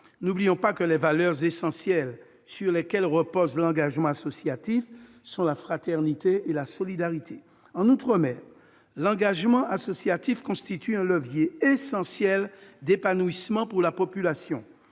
N'oublions pas que les valeurs essentielles sur lesquelles repose l'engagement associatif sont la fraternité et la solidarité. En outre-mer, l'engagement associatif constitue un levier essentiel d'épanouissement pour la population.